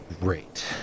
Great